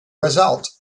result